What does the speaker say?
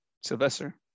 Sylvester